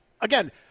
again